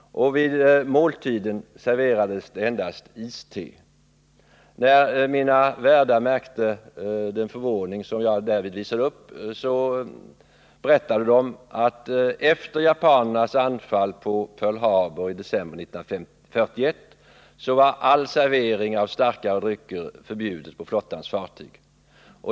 Vid måltiden serverades det endast iste. När mina värdar märkte den förvåning som jag därvid visade upp, berättade de att efter japanernas anfall på Pearl Harbor i december 1941 var all servering av starkare drycker än te förbjuden på flottans fartyg.